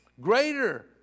greater